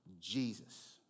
Jesus